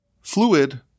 fluid